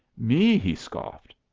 me, he scoffed,